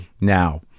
now